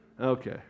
Okay